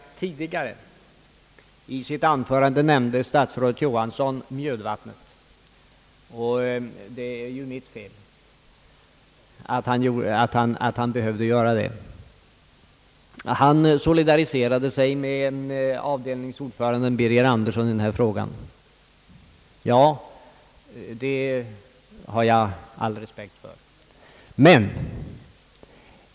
Tidigare i sitt anförande nämnde statsrådet Johansson Mjödvattnet, och det är ju mitt fel att han behövde göra det. Han solidariserade sig med avdelningsordföranden Birger Andersson i denna fråga. Det har jag all respekt för.